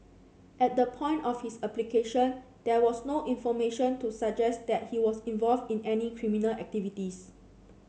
at the point of his application there was no information to suggest that he was involved in any criminal activities